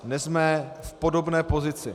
Dnes jsme v podobné pozici.